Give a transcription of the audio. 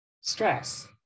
stress